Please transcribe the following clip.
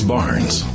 Barnes